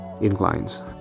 inclines